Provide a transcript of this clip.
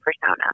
persona